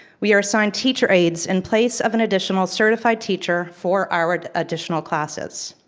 we are assigned teacher aides in place of an additional certified teacher for our additional classes.